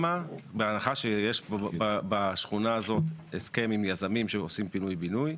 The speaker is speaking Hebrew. בהנחה ויש בשכונה הזאת הסכם עם יזמים שעושים פינוי בינוי,